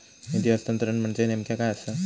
निधी हस्तांतरण म्हणजे नेमक्या काय आसा?